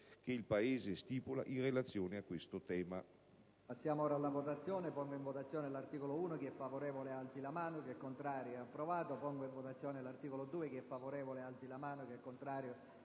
che il Paese stipula in relazione a questo tema».